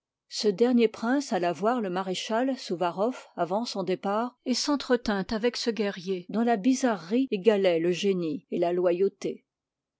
ce dernier prince alla voir le maréchal suvarow avant son départ et s'entretint avec ce guerrier dont la bizarrerie égaloit le génie et la loyauté